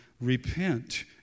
repent